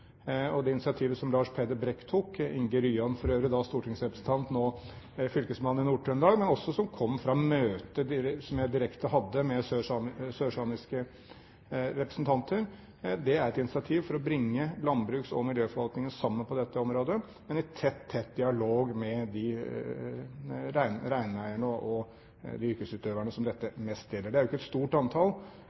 Det initiativet som Lars Peder Brekk tok, og Inge Ryan, for øvrig da stortingsrepresentant, nå fylkesmann i Nord-Trøndelag, men som også kom fra møter som jeg direkte hadde med sørsamiske representanter, er et initiativ for å bringe landbruks- og miljøforvaltningen sammen på dette området, i tett dialog med de reineierne og yrkesutøverne som dette mest gjelder. Det er jo ikke et stort antall,